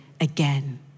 again